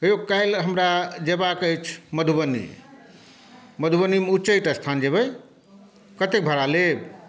हे यौ काल्हि हमरा जयबाक अछि मधुबनी मधुबनीमे उच्चैठ स्थान जेबै कतेक भाड़ा लेब